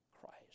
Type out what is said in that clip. Christ